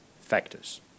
factors